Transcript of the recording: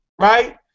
right